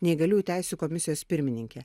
neįgaliųjų teisių komisijos pirmininke